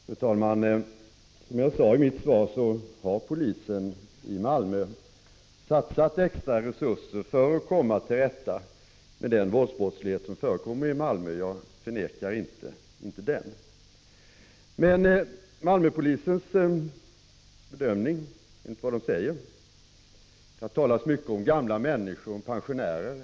Fru talman! Som jag sade i mitt svar har polisen i Malmö satsat extra resurser för att komma till rätta med den våldsbrottslighet som förekommer i Malmö — jag förnekar den alltså inte. Det har i denna debatt talats mycket om gamla människor och pensionärer.